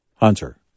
Hunter